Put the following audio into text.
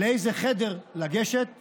לאיזה חדר לגשת במהירות,